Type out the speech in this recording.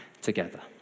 together